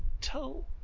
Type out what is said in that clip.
tell